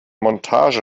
montage